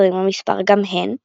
עשרים במספר גם הן,